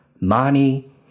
money